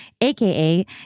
aka